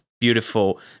beautiful